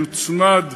יוצמד,